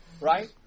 Right